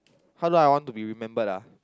how do I want to be remembered ah